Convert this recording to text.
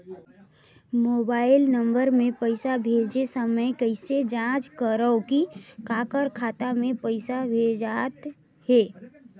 Mobile number मे पइसा भेजे समय कइसे जांच करव की काकर खाता मे पइसा भेजात हे?